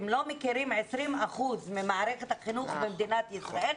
אם לא מכירים 20% ממערכת החינוך במדינת ישראל,